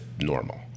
normal